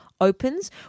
opens